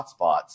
hotspots